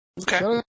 Okay